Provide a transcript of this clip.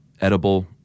edible